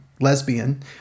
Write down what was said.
lesbian